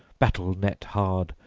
battle-net hard,